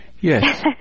Yes